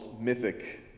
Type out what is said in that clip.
mythic